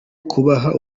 kubaha